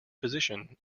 physician